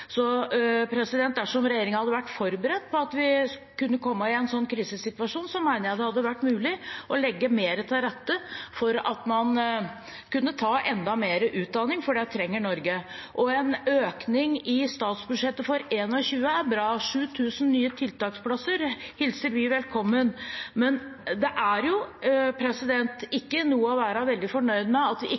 Så dersom regjeringen hadde vært forberedt på at vi kunne komme i en sånn krisesituasjon, mener jeg det hadde vært mulig å legge mer til rette for at man kunne ta enda mer utdanning, for det trenger Norge. En økning i statsbudsjettet for 2021 er bra. 7 000 nye tiltaksplasser hilser vi velkommen. Men det er jo ikke noe å være veldig fornøyd med at